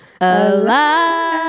Alive